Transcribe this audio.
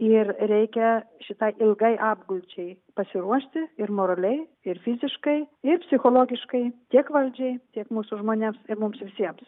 ir reikia šitai ilgai apgulčiai pasiruošti ir moraliai ir fiziškai ir psichologiškai tiek valdžiai tiek mūsų žmonėms ir mums visiems